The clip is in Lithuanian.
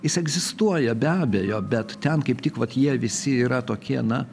jis egzistuoja be abejo bet ten kaip tik vat jie visi yra tokie na